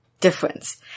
difference